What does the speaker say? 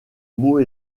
mots